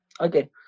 Okay